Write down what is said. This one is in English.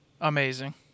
Amazing